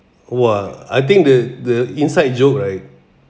!wah! I think the the inside joke right